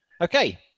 Okay